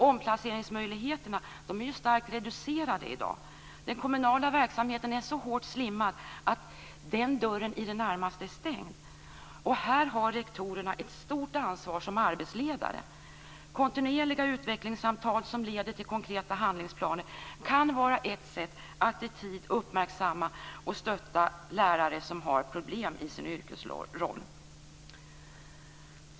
Omplaceringsmöjligheterna är i dag starkt reducerade. Den kommunala verksamheten är så hårt slimmad att den dörren i det närmaste är stängd. Här har rektorerna ett stort ansvar som arbetsledare. Kontinuerliga utvecklingssamtal som leder till konkreta handlingsplaner kan vara ett sätt att i tid uppmärksamma och stötta lärare som har problem i sin yrkesroll.